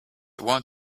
want